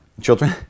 children